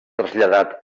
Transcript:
traslladat